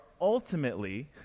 ultimately